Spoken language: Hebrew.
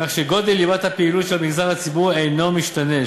כך שגודל ליבת הפעילות של המגזר הציבורי אינו משתנה.